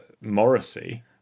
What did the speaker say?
Morrissey